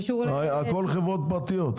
הכול חברות פרטיות.